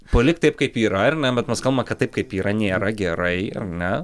palikt taip kaip yra ar ne bet mes kalbam kad taip kaip yra nėra gerai ar ne